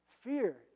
fear